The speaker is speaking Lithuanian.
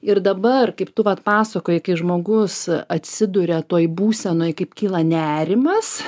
ir dabar kaip tu vat pasakojai kai žmogus atsiduria toj būsenoj kaip kyla nerimas